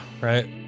right